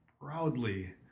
proudly